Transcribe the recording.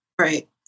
Right